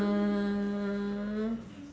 uh